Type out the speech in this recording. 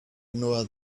ignore